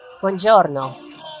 Buongiorno